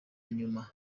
inyuma